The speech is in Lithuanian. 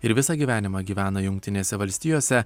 ir visą gyvenimą gyvena jungtinėse valstijose